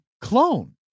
clone